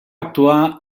actuar